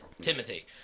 Timothy